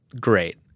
great